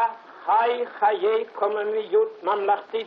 בה חי חיי קוממיות ממלכתית,